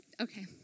Okay